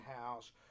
house